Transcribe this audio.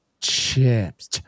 Chips